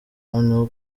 noneho